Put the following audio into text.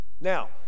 now